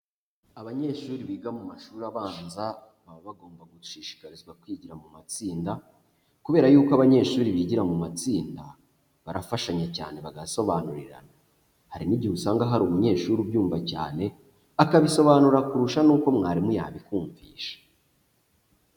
Abanyeshuri biga mu mashuri abanza, baba bagomba gushishikarizwa kwigira mu matsinda kubera y'uko abanyeshuri bigira mu matsinda, barafashanya cyane bagasobanurirana, hari n'igihe usanga hari umunyeshuri ubyumva cyane, akabisobanura kurusha n'uko mwarimu yabikumvisha.